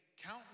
Count